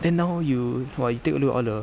then now you !wah! you take a look at all the